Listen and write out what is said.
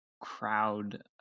crowd